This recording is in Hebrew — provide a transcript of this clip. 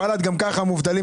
בל"ד גם ככה מובטלים,